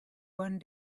one